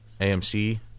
AMC